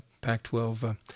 Pac-12